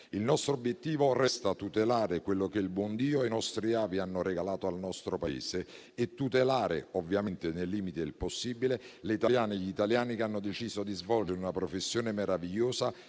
Il nostro obiettivo resta tutelare quello che il buon Dio e i nostri avi hanno regalato al nostro Paese e tutelare, ovviamente nei limiti del possibile, le italiane e gli italiani che hanno deciso di svolgere una professione meravigliosa,